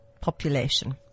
population